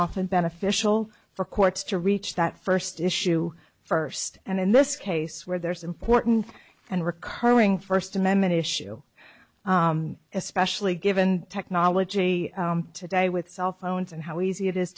often beneficial for quotes to reach that first issue first and in this case where there's important and recurring first amendment issue especially given technology today with cell phones and how easy it is